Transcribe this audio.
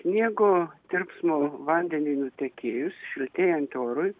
sniego tirpsmo vandeniui nutekėjus šiltėjant orui